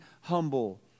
humble